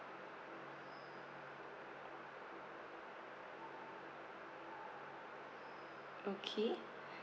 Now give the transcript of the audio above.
okay